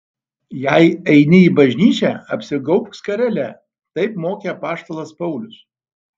jei eini į bažnyčią apsigaubk skarele taip mokė apaštalas paulius